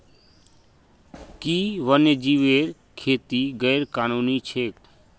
कि वन्यजीवेर खेती गैर कानूनी छेक?